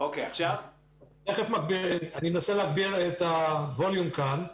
מנסה להגביר את הווליום כאן.